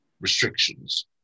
restrictions